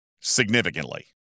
significantly